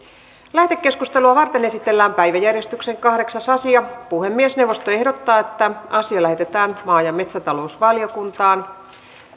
lähetekeskustelua varten esitellään päiväjärjestyksen kahdeksas asia puhemiesneuvosto ehdottaa että asia lähetetään maa ja metsätalousvaliokuntaan